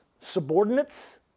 subordinates